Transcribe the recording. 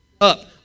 up